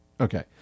Okay